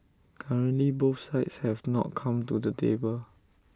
currently both sides have not come to the table